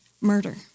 murder